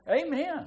Amen